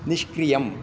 निष्क्रियम्